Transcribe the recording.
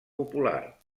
popular